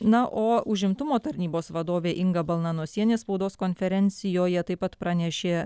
na o užimtumo tarnybos vadovė inga balnanosienė spaudos konferencijoje taip pat pranešė